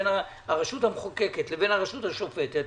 בין הרשות המחוקקת לבין הרשות השופטת,